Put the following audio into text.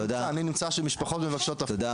אני נמצא כשמשפחות מבקשות --- תודה,